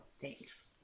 Thanks